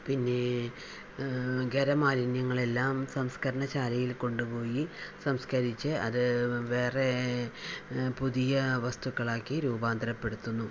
പിന്നെ ഖര മാലിന്യങ്ങളെല്ലാം സംസ്കരണശാലയിൽ കൊണ്ട് പോയി സംസ്കരിച്ച് അത് വേറെ പുതിയ വസ്തുക്കളാക്കി രൂപാന്തരപെടുത്തുന്നു